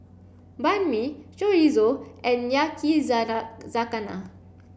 Banh Mi Chorizo and Yakizakana